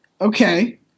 Okay